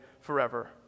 forever